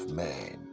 man